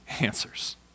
answers